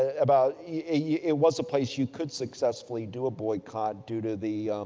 ah about, yeah it was a place you could successfully do a boycott due to the,